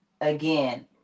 again